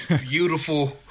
beautiful